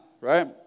right